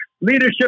Leadership